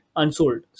unsold